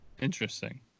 Interesting